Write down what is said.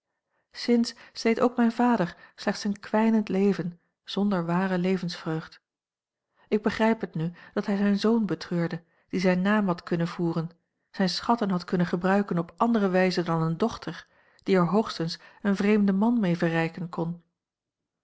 sinds sleet ook mijn vader slechts een kwijnend leven zonder ware levensvreugd ik begrijp het nu dat hij zijn zoon betreurde die zijn naam had kunnen voeren zijne schatten had kunnen gebruiken op andere wijze dan eene dochter die er hoogstens een vreemden man mee verrijken kon